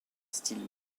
style